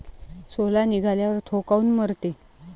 सोला निघाल्यावर थो काऊन मरते?